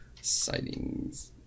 Sightings